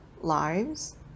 lives